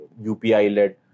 UPI-led